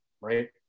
right